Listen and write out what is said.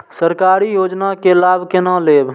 सरकारी योजना के लाभ केना लेब?